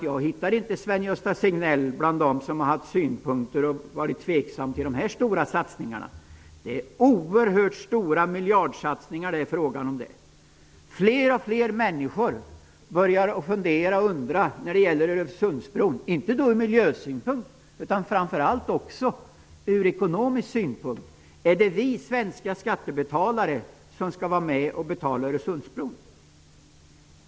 Jag hittar inte Sven Gösta Signell bland dem som har haft synpunkter på och varit tveksamma till dessa oerhört stora miljardsatsningar. Fler och fler börjar ha sådana funderingar över Öresundsbron, inte bara ur miljösynpunkt utan framför allt också ur ekonomisk synpunkt. Skall vi svenska skattebetalare vara med om att betala Öresundsbron?